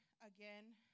again